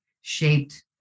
shaped